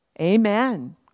Amen